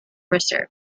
reserve